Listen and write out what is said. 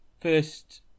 first